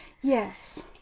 yes